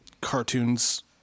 cartoons